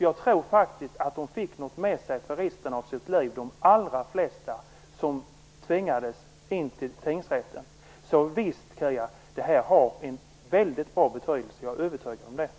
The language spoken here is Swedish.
Jag tror faktiskt att de allra flesta av dem som tvingades in till tingsrätten fick någonting med sig för resten av sitt liv. Jag är övertygad om att domstolens pedagogiska betydelse är stor, Kia Andreasson.